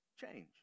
Change